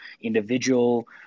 individual